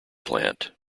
plant